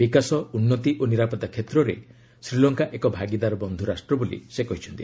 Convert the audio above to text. ବିକାଶ ଉନ୍ନତି ଓ ନିରାପତ୍ତା କ୍ଷେତ୍ରରେ ଶ୍ରୀଲଙ୍କା ଏକ ଭାଗିଦାର ବନ୍ଧୁ ରାଷ୍ଟ୍ର ବୋଲି ସେ କହିଛନ୍ତି